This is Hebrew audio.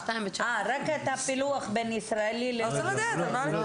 רק את הפילוח בין ישראלים ללא-ישראלים.